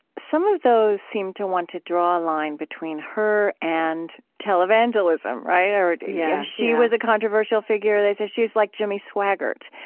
some of those seem to want to draw a line between her and televangelism, right? yeah she was a controversial figure they say, she's like jimmy swaggart.